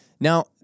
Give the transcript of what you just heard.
Now